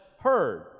heard